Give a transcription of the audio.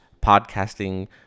podcasting